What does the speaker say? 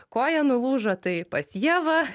koja nulūžo tai pas ievą